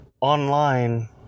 online